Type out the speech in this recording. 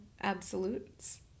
absolutes